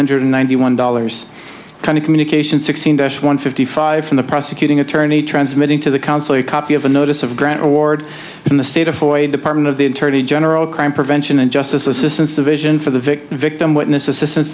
hundred ninety one dollars kind of communication sixteen dash one fifty five from the prosecuting attorney transmitting to the council a copy of a notice of grant award in the state of hawaii department of the attorney general crime prevention and justice assistance division for the victim victim witness assistance